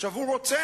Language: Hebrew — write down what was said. עכשיו, הוא רוצח,